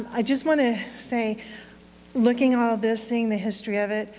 i just want to say looking all of this, seeing the history of it,